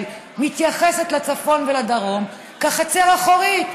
מתייחסת לצפון ולדרום כאל חצר אחורית.